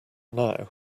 now